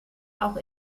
auch